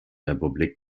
republik